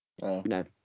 No